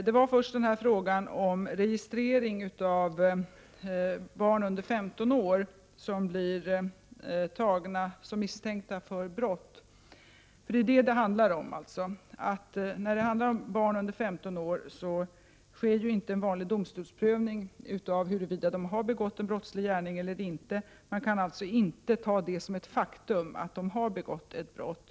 Det gällde först registrering av barn under 15 år som blir tagna som misstänkta för brott. När det handlar om barn under 15 år sker ju inte en vanlig domstolsprövning av frågan huruvida de har begått en brottslig gärning eller inte. Man kan alltså inte ta som ett faktum att de har begått ett brott.